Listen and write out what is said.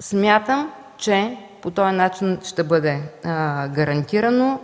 Смятам, че по този начин ще бъде гарантирано,